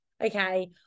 okay